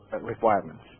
requirements